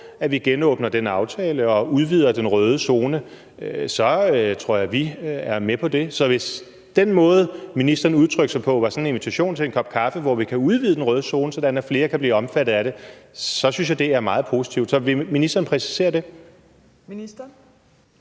at vi genåbner den aftale og udvider den røde zone, så tror jeg, vi er med på det. Så hvis den måde, ministeren udtrykte sig på, var en invitation til en kop kaffe og en samtale om, om vi kan udvide den røde zone, sådan at flere kan blive omfattet af det, så synes jeg, det er meget positivt. Så vil ministeren præcisere det? Kl.